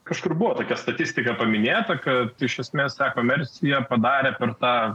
kažkur buvo tokia statistika paminėta kad iš esmės ta komerciją ją padarė per tą